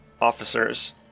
officers